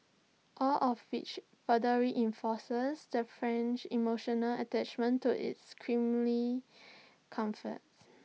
all of which further reinforces the French emotional attachment to its creamy comforts